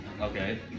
Okay